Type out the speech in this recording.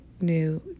new